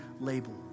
label